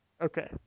Okay